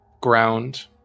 ground